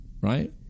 right